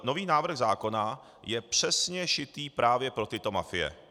Nový návrh zákona je přesně šitý právě pro tyto mafie.